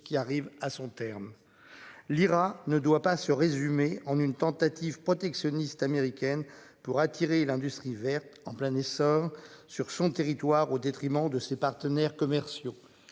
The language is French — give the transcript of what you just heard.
qui arrive à son terme. L'IRA ne doit pas se résumer en une tentative protectionniste américaine pour attirer l'industrie verte, en plein essor sur son territoire, au détriment de ses partenaires commerciaux.